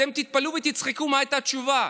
אתם תתפלאו ותצחקו מה הייתה התשובה,